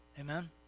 Amen